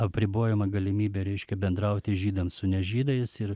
apribojama galimybė reiškia bendrauti žydams su ne žydais ir